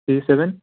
three seven